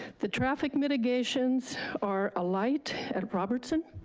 the traffic mitigations are a light at robertson,